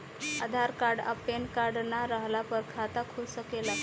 आधार card आ PAN card ना रहला पर खाता खुल सकेला का?